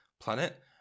planet